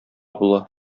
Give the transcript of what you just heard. була